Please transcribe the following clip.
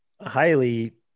highly